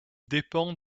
dépend